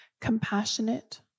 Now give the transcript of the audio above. compassionate